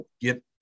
get